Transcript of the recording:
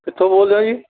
ਕਿੱਥੋਂ ਬੋਲਦੇ ਹੋ ਜੀ